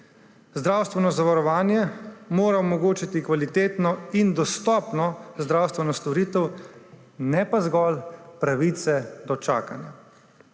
Zdravstveno zavarovanje mora omogočiti kvalitetno in dostopno zdravstveno storitev, ne pa zgolj pravice do čakanja.